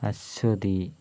Aswathy